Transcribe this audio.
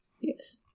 Yes